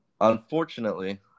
unfortunately